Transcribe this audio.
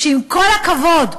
שעם כל הכבוד,